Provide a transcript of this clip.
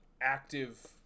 active